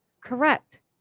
Correct